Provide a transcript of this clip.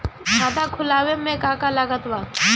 खाता खुलावे मे का का लागत बा?